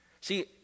See